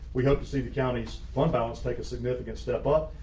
we hope to see the county's fund balance take a significant step up.